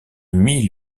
mille